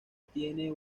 tiene